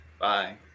Bye